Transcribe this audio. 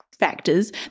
factors